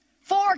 Four